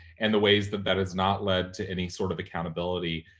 and the ways that that does not lead to any sort of accountability.